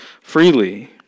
freely